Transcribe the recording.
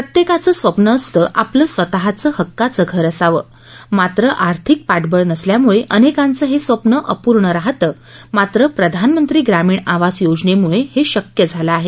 प्रत्येकाचं स्वप्न असतं आपलं स्वतःचं हक्काचं घर असावं मात्र आर्थिक पाठबळ नसल्यामुळे अनेकांचं हे स्वप्न अपूर्ण राहतं मात्र प्रधानमंत्री ग्रामीण आवास योजनेमुळे हे शक्य झालं आहे